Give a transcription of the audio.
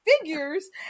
figures